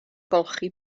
golchi